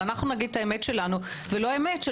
אנחנו נגיד את האמת שלנו ולא אמת של